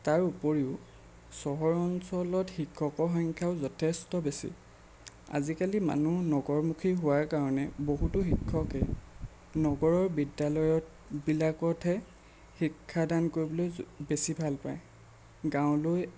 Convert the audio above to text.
তাৰ উপৰিও চহৰ অঞ্চলত শিক্ষকৰ সংখ্যাও যথেষ্ট বেছি আজিকালি মানুহ নগৰমুখী হোৱাৰ কাৰণে বহুতো শিক্ষকে নগৰৰ বিদ্যালয় বিলাকতহে শিক্ষাদান কৰিবলৈ বেছি ভাল পায় গাঁৱলৈ